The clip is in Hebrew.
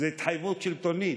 זו התחייבות שלטונית.